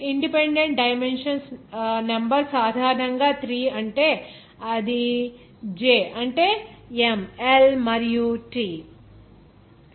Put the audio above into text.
in dependent dimensions number సాధారణంగా 3 అంటే అది j అంటే M L మరియు T